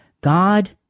God